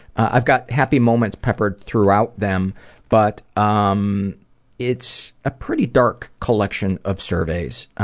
i've got happy moments peppered throughout them but um it's a pretty dark collection of surveys.